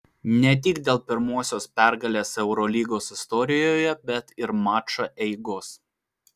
ne tik dėl pirmosios pergalės eurolygos istorijoje bet ir mačo eigos